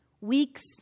weeks